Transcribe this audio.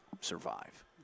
survive